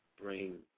bring